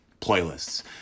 playlists